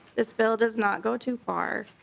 this bill does not go too far.